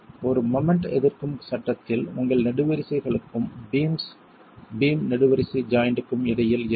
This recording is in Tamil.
ஒரு மொமெண்ட் எதிர்க்கும் சட்டத்தில் உங்கள் நெடுவரிசைகளுக்கும் பீம்ஸ் பீம் நெடுவரிசை ஜாய்ண்ட்க்கும் இடையில் இருக்கும்